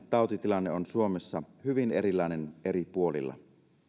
tautitilanne on suomessa hyvin erilainen eri puolilla